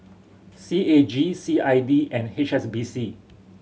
C A G C I D and H S B C